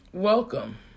Welcome